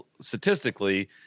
statistically –